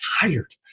tired